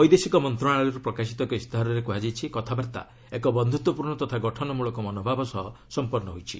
ବୈଦେଶିକ ମନ୍ତ୍ରଣାଳୟରୁ ପ୍ରକାଶିତ ଏକ ଇସ୍ତାହାରରେ କୁହାଯାଇଛି କଥାବାର୍ତ୍ତା ଏକ ବନ୍ଧୁତ୍ୱପୂର୍ଣ୍ଣ ତଥା ଗଠନମୂଳକ ମନୋଭାବ ସହ ସମ୍ପନ୍ନ ହୋଇଛି